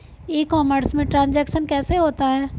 ई commerce में transaction कैसे होता है?